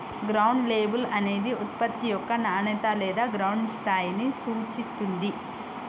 ground label అనేది ఉత్పత్తి యొక్క నాణేత లేదా గ్రౌండ్ స్థాయిని సూచిత్తుంది